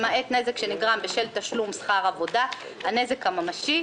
למעט נזק שנגרם בשל תשלום שכר עבודה הנזק הממשי,